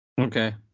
Okay